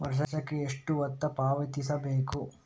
ವರ್ಷಕ್ಕೆ ಎಷ್ಟು ಮೊತ್ತ ಪಾವತಿಸಬೇಕು?